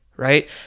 right